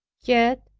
yet,